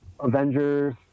avengers